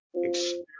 experience